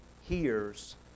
hears